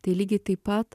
tai lygiai taip pat